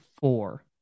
four